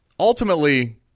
Ultimately